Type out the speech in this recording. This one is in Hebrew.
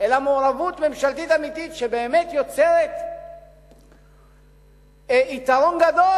אלא מעורבות ממשלתית אמיתית שבאמת יוצרת יתרון גדול,